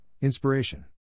Inspiration